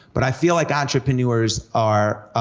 but i feel like entrepreneurs are,